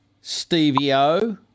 Stevie-O